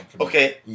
Okay